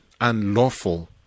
unlawful